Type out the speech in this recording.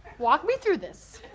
walk me through this.